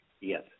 Yes